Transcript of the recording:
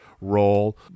role